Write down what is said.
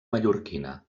mallorquina